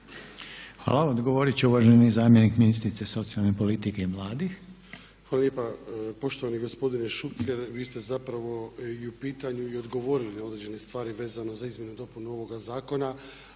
Hvala. Odgovoriti će uvaženi zamjenik ministrice socijalne politike i mladih. **Babić, Ante (HDZ)** Hvala lijepa. Poštovani gospodine Šuker, vi ste zapravo i u pitanju i odgovorili na određene stvari vezano za izmjenu i dopunu ovoga zakona.